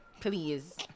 Please